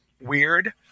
weird